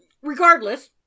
regardless